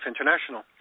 International